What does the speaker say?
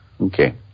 Okay